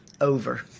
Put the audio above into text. over